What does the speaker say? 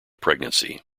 pregnancy